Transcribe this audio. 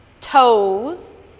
toes